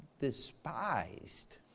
despised